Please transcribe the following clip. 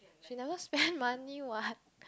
she never spend money what